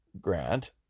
grant